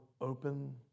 open